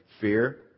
fear